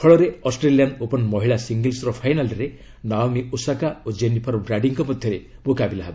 ଫଳରେ Australian open ମହିଳା ସିଙ୍ଗଲ୍ସର ଫାଇନାଲ୍ରେ ନାଓମି ଓସାକା ଓ ଜେନିଫର ବ୍ରାଡିଙ୍କ ମଧ୍ୟରେ ମୁକାବିଲା ହେବ